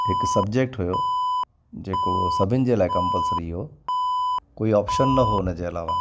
हिकु सबजेक्ट हुयो जेको सभीनि जे लाइ कम्पलसिरी हो कोई ऑप्शन न हो उन जे अलावा